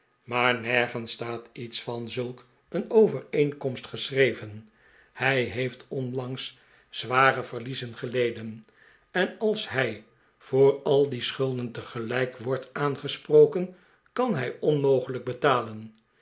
maar nergens staat iets van zulk een overeenkomst geschreven hij heeft onlangs zware verliezen geleden en als hij voor al die schulden tegelijk wordt aangesproken kan hij onmogelijk betalen